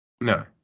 No